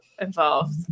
involved